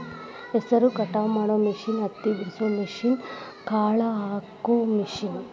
ಹೆಸರ ಕಟಾವ ಮಾಡು ಮಿಷನ್ ಹತ್ತಿ ಬಿಡಸು ಮಿಷನ್, ಕಾಳ ಹಾಕು ಮಿಷನ್